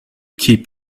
keep